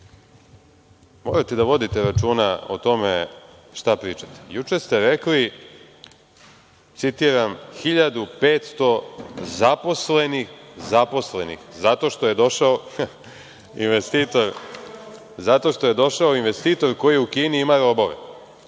Morate da vodite računa o tome šta pričate. Juče ste rekli, citiram – 1.500 zaposlenih zato što je došao investitor koji u Kini ima